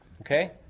Okay